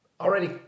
already